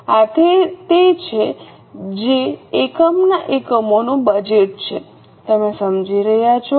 આ તે છે જે એકમના એકમોનું બજેટ છે તમે સમજી રહ્યા છો